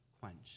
quenched